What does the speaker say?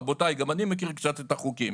רבותיי, גם אני מכיר קצת את החוקים.